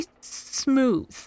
smooth